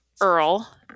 earl